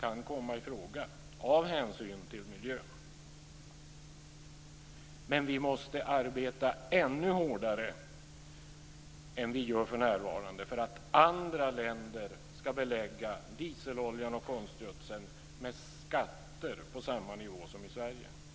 kan komma i fråga av hänsyn till miljön. Men vi måste arbeta ännu hårdare än vi gör för närvarande för att andra länder ska belägga dieseloljan och konstgödseln med skatter på samma nivå som i Sverige.